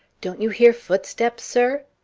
don't you hear footsteps, sir?